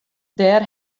dêr